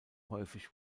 häufig